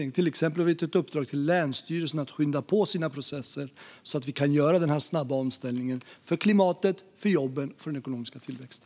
Vi har till exempel gett ett uppdrag till länsstyrelserna att skynda på sina processer så att vi kan göra den snabba omställningen för klimatet, för jobben och för den ekonomiska tillväxten.